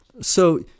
So-